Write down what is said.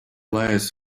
lies